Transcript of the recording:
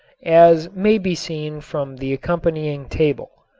as may be seen from the accompanying table.